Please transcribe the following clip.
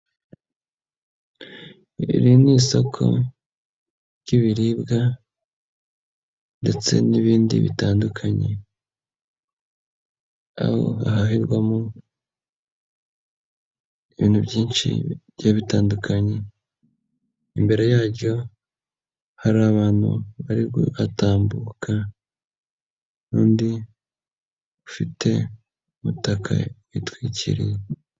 Iri ni isoko ry'ibiribwa ndetse n'ibindi bitandukanye hahahirwamo ibintu byinshi bitandukanye, imbere yaryo hari abantu bari kuhatambuka, undi ufite umutaka witwikiriye.